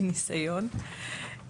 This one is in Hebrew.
מניסיון.